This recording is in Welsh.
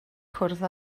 cwrdd